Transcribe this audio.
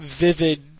vivid